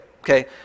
Okay